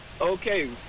Okay